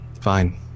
Fine